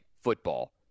football